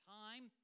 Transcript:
time